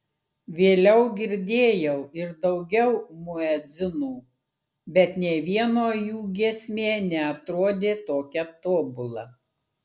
vėliau girdėjau ir daugiau muedzinų bet nė vieno jų giesmė neatrodė tokia tobula